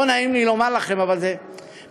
לא נעים לי לומר לכם, אבל זה מצמרר